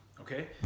Okay